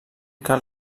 cal